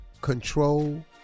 control